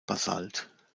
basalt